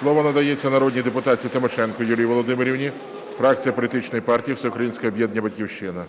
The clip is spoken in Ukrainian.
Слово надається народній депутатці Тимошенко Юлії Володимирівні, фракція політичної партії Всеукраїнське об'єднання "Батьківщина".